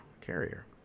carrier